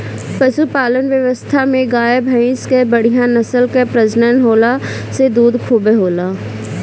पशुपालन व्यवस्था में गाय, भइंस कअ बढ़िया नस्ल कअ प्रजनन होला से दूध खूबे होला